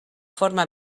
forma